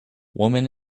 woman